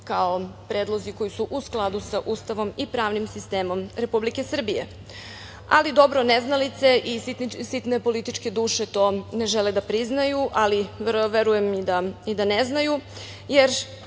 kao predlozi koji su u skladu sa Ustavom i pravnim sistemom Republike Srbije. Ali, dobro, neznalice i sitne političke duše to ne žele da priznaju, a verujem i da ne znaju, jer,